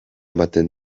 ematen